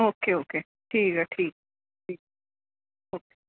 okay okay ਠੀਕ ਹੈ ਠੀਕ ਠੀਕ ਓਕੇ